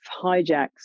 hijacks